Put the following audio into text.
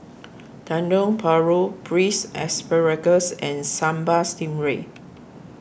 Dendeng Paru Braised Asparagus and Sambal Stingray